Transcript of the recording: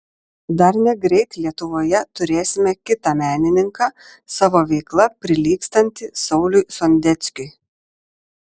dar negreit lietuvoje turėsime kitą menininką savo veikla prilygstantį sauliui sondeckiui